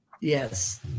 yes